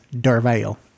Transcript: derville